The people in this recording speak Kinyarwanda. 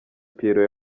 pierrot